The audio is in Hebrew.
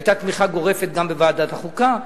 היתה תמיכה גורפת גם בוועדת החוקה.